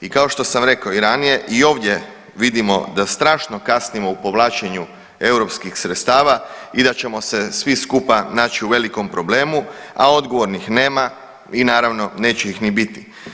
I kao što sam rekao i ranije i ovdje vidimo da strašno kasnimo u povlačenju europskih sredstava i da ćemo se svi skupa naći u velikom problemu, a odgovornih nema i naravno neće ih ni biti.